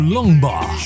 Longbar